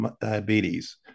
diabetes